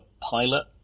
pilot